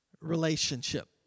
relationship